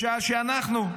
בשעה שאנחנו,